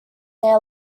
their